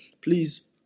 please